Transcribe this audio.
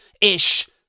ish